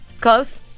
close